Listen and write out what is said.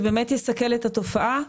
שבאמת יסכל את התופעה,